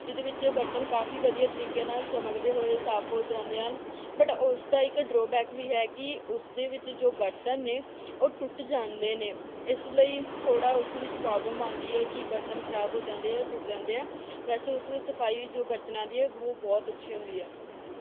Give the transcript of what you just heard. ਜਿਹਦੇ ਵਿੱਚ ਬਰਤਨ ਕਾਫੀ ਵਧੀਆ ਤਰੀਕੇ ਨਾਲ ਚਮਕਦੇ ਹੋਏ ਸਾਫ਼ ਹੋ ਜਾਂਦੇ ਹਨ ਬਟ ਉਸ ਦਾ ਇੱਕ ਡਰੋਬੈਕ ਵੀ ਹੈ ਕਿ ਉਸ ਦੇ ਵਿੱਚ ਜੋ ਬਰਤਨ ਨੇ ਉਹ ਟੁੱਟ ਜਾਂਦੇ ਨੇ ਇਸ ਲਈ ਥੋੜ੍ਹਾ ਉਸ ਵਿੱਚ ਪ੍ਰੋਬਲਮ ਆਉਂਦੀ ਹੈ ਕਿ ਬਰਤਨ ਖ਼ਰਾਬ ਹੋ ਜਾਂਦੇ ਆ ਟੁੱਟ ਜਾਂਦੇ ਆ ਵੈਸੇ ਉਸ ਵਿੱਚ ਸਫਾਈ ਵੀ ਜੋ ਬਰਤਨਾਂ ਦੀ ਹੈ ਉਹ ਬਹੁਤ ਅੱਛੀ ਹੁੰਦੀ ਹੈ ਥੈਂਕ ਯੂ